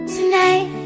Tonight